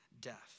death